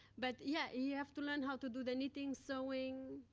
but yeah, you have to learn how to do the knitting, sewing,